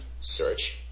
Search